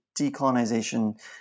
decolonization